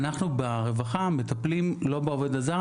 אנחנו ברווחה מטפלים לא בעובד הזר,